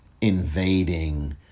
invading